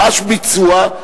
ממש ביצוע,